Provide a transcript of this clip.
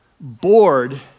bored